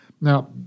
Now